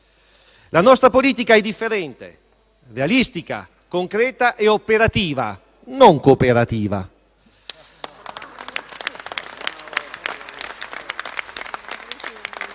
La nostra politica è differente: realistica, concreta e operativa (non cooperativa).